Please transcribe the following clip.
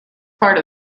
part